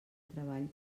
treball